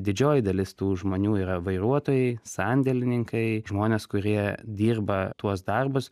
didžioji dalis tų žmonių yra vairuotojai sandėlininkai žmonės kurie dirba tuos darbus